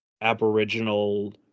aboriginal